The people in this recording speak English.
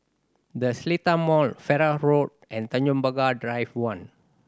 The Seletar Mall Farrer Road and Tanjong Pagar Drive One